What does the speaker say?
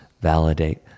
validate